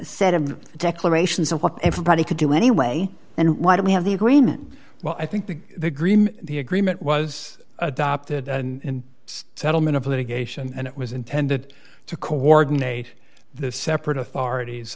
set of declarations of what everybody could do anyway and why do we have the agreement well i think that the green the agreement was adopted in settlement of litigation and it was intended to coordinate the separate authorities